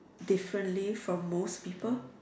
differently from most people